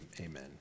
amen